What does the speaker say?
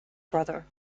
brother